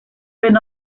been